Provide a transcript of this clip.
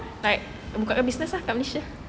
aku bukakan business ah kat malaysia